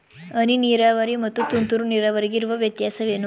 ಹನಿ ನೀರಾವರಿ ಮತ್ತು ತುಂತುರು ನೀರಾವರಿಗೆ ಇರುವ ವ್ಯತ್ಯಾಸವೇನು?